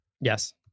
Yes